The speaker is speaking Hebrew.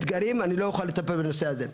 אתגרים, אני לא אוכל לטפל בנושא הזה.